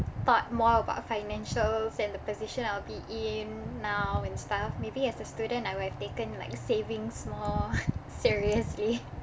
thought more about financials and the position I'll be in now and stuff maybe as a student I would have taken like savings more seriously